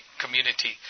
community